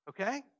okay